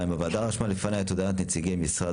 הוועדה רשמה לפנייה את הודעת נציגי משרד